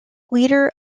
leader